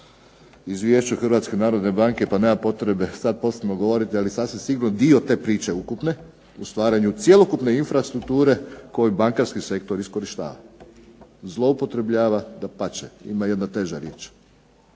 izvješću Hrvatske narodne banke pa nema potrebe sad posebno govoriti, ali sasvim sigurno dio te priče ukupne u stvaranju cjelokupne infrastrukture koju bankarski sektor iskorištava, zloupotrebljava. Dapače, ima jedna teža riječ